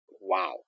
Wow